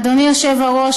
אדוני היושב-ראש,